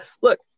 look